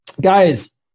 guys